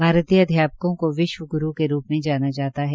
भारतीय अध्यापकों को विश्व ग्रू के रूप में जाना जाता है